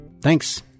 Thanks